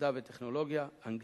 מדע וטכנולוגיה, אנגלית,